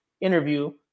interview